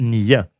Nio